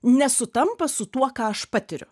nesutampa su tuo ką aš patiriu